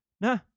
Nah